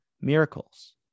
miracles